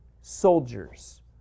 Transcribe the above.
soldiers